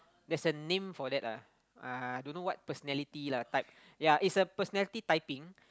there's a name for that ah uh don't know what personality lah type it's a personality typing